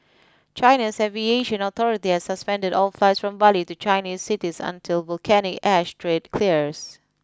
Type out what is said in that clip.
China's aviation authority has suspended all flights from Bali to Chinese cities until volcanic ash threat clears